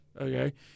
okay